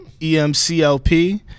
EMCLP